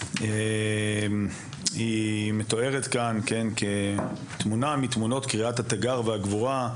והיא מתוארת כאן כ"תמונה מתמונות קריאת התגר והגבורה,